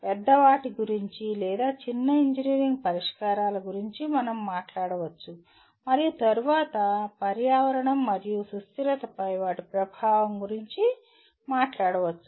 పెద్ద వాటి గురించి లేదా చిన్న ఇంజనీరింగ్ పరిష్కారాల గురించి మనం మాట్లాడవచ్చు మరియు తరువాత పర్యావరణం మరియు సుస్థిరతపై వాటి ప్రభావం గురించి మాట్లాడవచ్చు